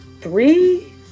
three